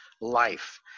life